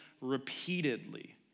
repeatedly